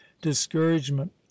discouragement